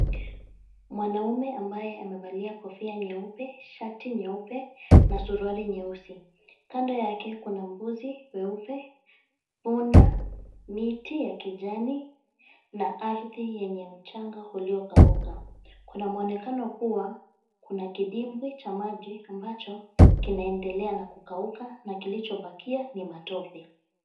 Mwanaume ambaye amevalia kofia nyeupe, shati nyeupe na suruali nyeusi. Kando yake kuna mbuzi weupe, punda, miti ya kijani na ardhi yenye mchanga uliokauka. Kuna muonekano kuwa, kuna kidimbwi cha maji ambacho kinaendelea na kukauka na kilichobakia ni matope.